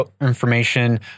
information